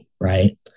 Right